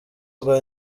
rwa